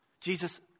Jesus